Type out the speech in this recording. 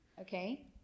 Okay